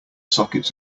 sockets